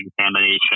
examination